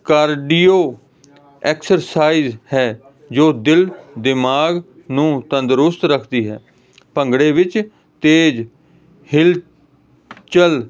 cardio exercise ਹੈ ਜੋ ਦਿਲ ਦਿਮਾਗ ਨੂੰ ਤੰਦਰੁਸਤ ਰੱਖਦੀ ਹੈ ਭੰਗੜੇ ਵਿੱਚ ਤੇਜ਼ ਹਿਲ ਚਲ